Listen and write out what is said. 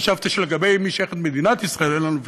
חשבתי שלגבי למי שייכת מדינת ישראל אין לנו ויכוח,